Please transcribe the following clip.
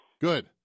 Good